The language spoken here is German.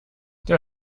der